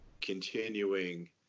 continuing